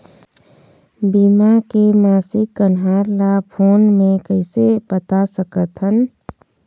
बीमा के मासिक कन्हार ला फ़ोन मे कइसे पता सकत ह?